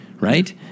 Right